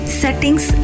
settings